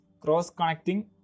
cross-connecting